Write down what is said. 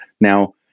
Now